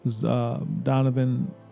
Donovan